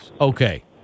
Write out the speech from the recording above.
Okay